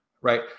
Right